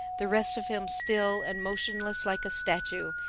the rest of him still and motionless like a statue,